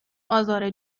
آزار